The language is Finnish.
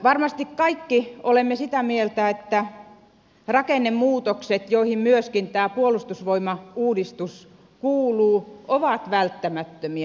varmasti kaikki olemme sitä mieltä että rakennemuutokset joihin myöskin tämä puolustusvoimauudistus kuuluu ovat välttämättömiä